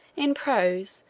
in prose,